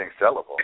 sellable